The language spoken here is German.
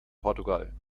portugal